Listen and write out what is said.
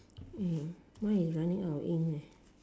mm mine is running out of ink ah